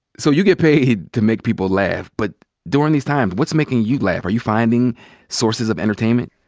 so you get paid to make people laugh, but durin' these times what's making you laugh? are you finding sources of entertainment?